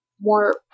more